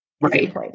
Right